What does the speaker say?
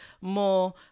more